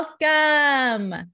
Welcome